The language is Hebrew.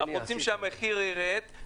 -- אנחנו רוצים שהמחיר יירד.